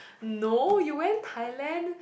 no you went Thailand